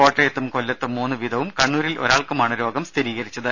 കോട്ടയത്തും കൊല്ലത്തും മൂന്ന് വീതവും കണ്ണൂരിൽ ഒരാൾക്കുമാണ് രോഗം സ്ഥിരീകരിച്ചത്